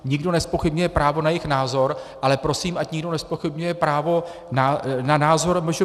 Nikdo nezpochybňuje právo na jejich názor, ale prosím, ať nikdo nezpochybňuje právo na názor MŽP.